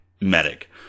Medic